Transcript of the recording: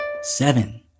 Seven